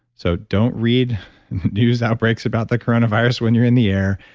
so don't read news outbreaks about the coronavirus when you're in the air,